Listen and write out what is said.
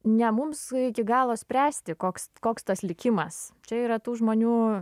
ne mums iki galo spręsti koks koks tas likimas čia yra tų žmonių